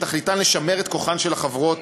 שתכליתן לשמר את כוחן של החברות